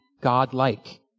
godlike